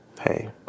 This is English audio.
hey